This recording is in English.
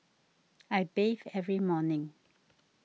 I bathe every morning